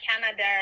Canada